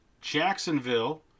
Jacksonville